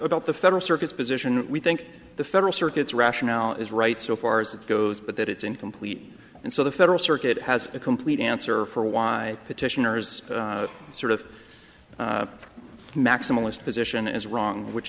about the federal circuit's position we think the federal circuit's rationale is right so far as it goes but that it's incomplete and so the federal circuit has a complete answer for why petitioners sort of maximalist position is wrong which